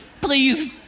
please